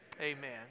Amen